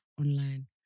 online